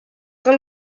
que